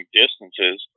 distances